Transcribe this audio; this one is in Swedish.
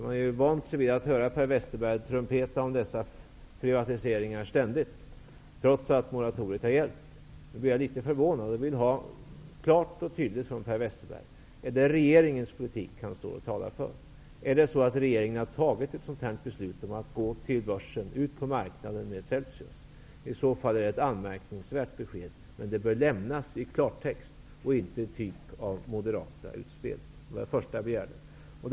Jag har ju vant mig vid att ständigt höra Per Westerberg trumpeta om dessa privatiseringar, trots att moratoriet har gällt. Jag vill klart och tydligt av Per Westerberg veta om det är regeringens politik som han står och talar för. Har regeringen fattat ett beslut om att gå till börsen, ut på marknaden, med Celsius? I så fall är det ett anmärkningsvärt besked, men det bör lämnas i klartext och inte av moderata utspel. Detta var den första frågan jag ställde.